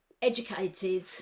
educated